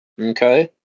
okay